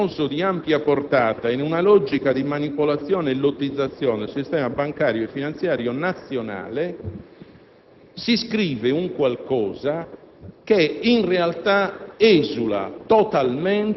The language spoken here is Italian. - sarebbero: «consapevoli complici di un disegno criminoso di ampia portata in una logica di manipolazione e lottizzazione del sistema bancario e finanziario nazionale»